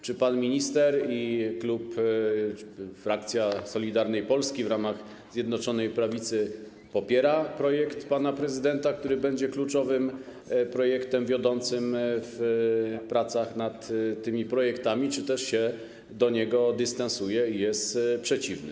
Czy pan minister i klub, frakcja Solidarnej Polski w ramach Zjednoczonej Prawicy popiera projekt pana prezydenta, który będzie kluczowym projektem, wiodącym w pracach nad tymi projektami, czy też się od niego dystansuje i jest temu przeciwny?